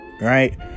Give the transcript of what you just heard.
Right